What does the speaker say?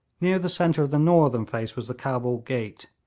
near the centre of the northern face was the cabul gate,